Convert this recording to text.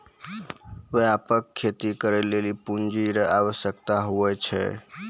व्यापक खेती करै लेली पूँजी रो आवश्यकता हुवै छै